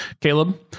Caleb